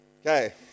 okay